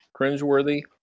cringeworthy